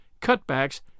cutbacks